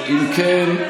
אם כן,